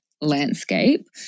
landscape